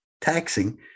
taxing